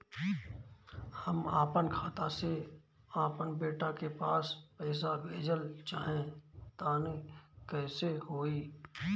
हम आपन खाता से आपन बेटा के पास पईसा भेजल चाह तानि कइसे होई?